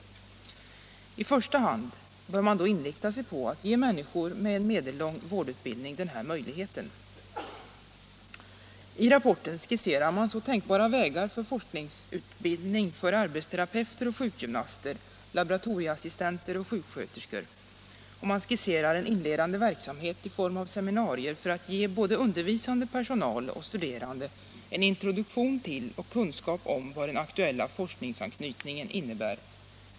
I första hand bör man då inrikta sig på att ge människor med en medellång vårdutbildning denna möjlighet. I rapporten skisserar man så tänkbara vägar för forskningsutbildning för arbetsterapeuter och sjukgymnaster, laboratorieassistenter och sjuksköterskor. Man skisserar en inledande verksamhet i form av seminarier för att ge både undervisande personal och studerande en introduktion till och kunskaper om vad den aktuella forskningsanknytningen innebär.